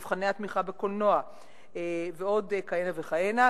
במבחני התמיכה בקולנוע ועוד כהנה וכהנה.